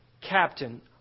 captain